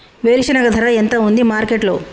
వేరుశెనగ ధర ఎంత ఉంది మార్కెట్ లో?